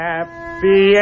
Happy